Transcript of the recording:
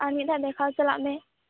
ᱟᱨ ᱢᱤᱫ ᱫᱷᱟᱣ ᱫᱮᱠᱷᱟᱣ ᱪᱟᱞᱟᱜ ᱢᱮ